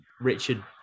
Richard